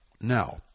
Now